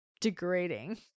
degrading